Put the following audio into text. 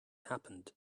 happened